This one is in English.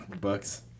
Bucks